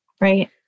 right